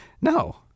No